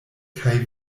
kaj